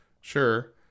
Sure